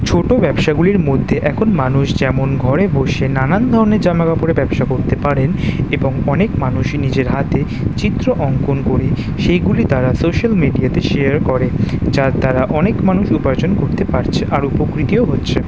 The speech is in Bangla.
ছোট ব্যবসাগুলির মধ্যে এখন মানুষ যেমন ঘরে বসে নানান ধরনের জামা কাপড়ের ব্যবসা করতে পারেন এবং অনেক মানুষই নিজের হাতে চিত্র অঙ্কন করে সেইগুলি তারা সোশ্যাল মিডিয়াতে শেয়ার করে যার দ্বারা অনেক মানুষ উপার্জন করতে পারছে আর উপকৃতও হচ্ছে